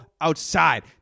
outside